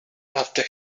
after